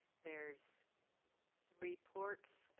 there is three ports.